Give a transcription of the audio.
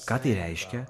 ką tai reiškia